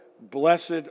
blessed